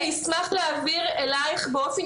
גבירתי אני אשמח להעביר אליך באופן